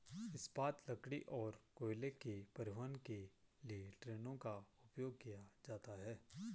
इस्पात, लकड़ी और कोयले के परिवहन के लिए ट्रेनों का उपयोग किया जाता है